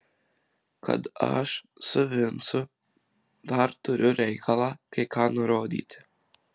kad aš su vincu dar turiu reikalą kai ką nurodyti